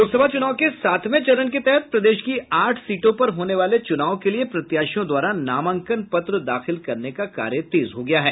लोकसभा चुनाव के सातवें चरण के तहत प्रदेश की आठ सीटों पर होने वाले चुनाव के लिए प्रत्याशियों द्वारा नामांकन पत्र दाखिल करने का कार्य तेज हो गया है